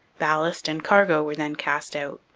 ballast and cargo were then cast out.